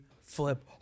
flip